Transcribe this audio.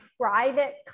private